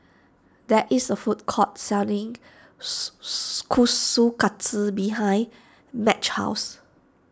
there is a food court selling Su Su Kushikatsu behind Madge's house